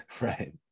Right